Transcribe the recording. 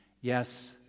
Yes